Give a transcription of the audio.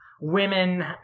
women